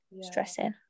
stressing